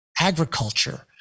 agriculture